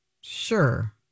sure